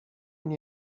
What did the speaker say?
nie